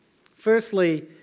Firstly